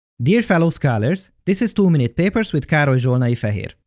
dear fellow scholars, this is two minute papers with karoly zsolnai-feher.